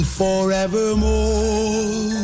forevermore